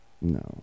No